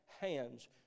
hands